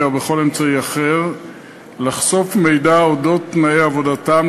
או בכל אמצעי אחר לחשוף מידע על תנאי עבודתם,